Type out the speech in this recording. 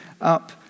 up